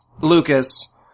Lucas